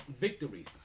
victories